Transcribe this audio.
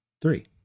Three